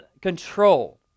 control